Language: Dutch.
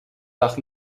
lag